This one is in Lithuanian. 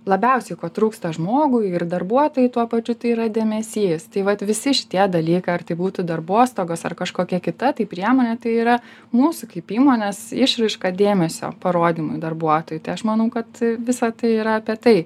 labiausiai ko trūksta žmogui ir darbuotojui tuo pačiu tai yra dėmesys tai vat visi šitie dalykai ar tai būtų darbostogos ar kažkokia kita tai priemonė tai yra mūsų kaip įmonės išraiška dėmesio parodymui darbuotojui tai aš manau kad visa tai yra apie tai